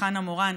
וחנה מורן,